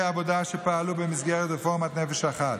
עבודה שפעלו במסגרת רפורמת נפש אחת.